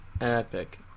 Epic